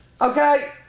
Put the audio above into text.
Okay